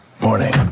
Morning